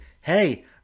hey